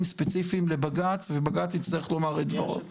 ספציפיים לבג"ץ ובג"ץ יצטרך לומר את דברו.